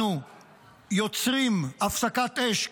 אנחנו יוצרים הפסקת אש קבועה,